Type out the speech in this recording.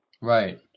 Right